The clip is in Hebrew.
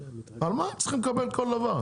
על מה הם צריכים לקבל כל דבר?